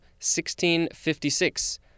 1656